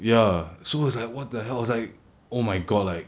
ya so it's like what the hell I was like oh my god like